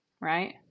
right